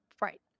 right